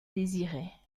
désiraient